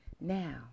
Now